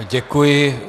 Děkuji.